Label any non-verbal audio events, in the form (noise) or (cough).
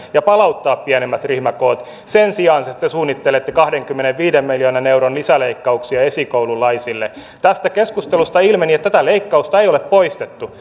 ja palauttaa pienemmät ryhmäkoot sen sijaan te suunnittelette kahdenkymmenenviiden miljoonan euron lisäleikkauksia esikoululaisille tästä keskustelusta ilmeni että tätä leikkausta ei ole poistettu (unintelligible)